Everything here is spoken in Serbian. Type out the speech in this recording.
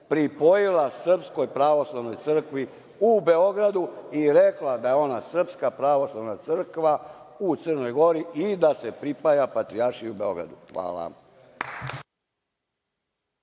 pripojila Srpskoj pravoslavnoj crkvi u Beogradu i rekla da je ona Srpska pravoslavna crkva u Crnoj Gori i da se pripaja Patrijaršiji u Beogradu. Hvala.